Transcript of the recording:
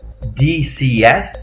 DCS